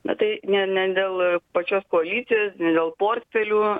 na tai ne ne dėl pačios koalicijos dėl portfelių